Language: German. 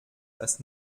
das